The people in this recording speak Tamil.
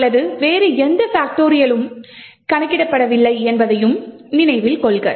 அல்லது வேறு எந்த பாக்டோரியல் களும் கணக்கிடவில்லை என்பதையும் நினைவில் கொள்க